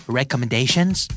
recommendations